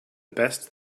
best